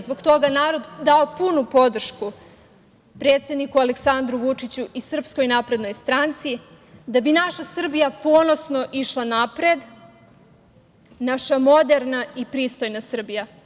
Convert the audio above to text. Zbog toga je narod dao punu podršku predsedniku Aleksandru Vučiću i SNS, da bi naša Srbija ponosno išla napred, naša moderna i pristojna Srbija.